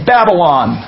Babylon